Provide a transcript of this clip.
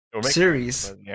series